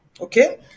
Okay